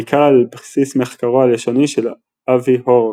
בעיקר על בסיס מחקרו הלשוני של אבי הורביץ,